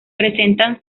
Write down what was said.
presentan